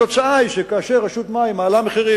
התוצאה היא שכאשר רשות המים מעלה מחירים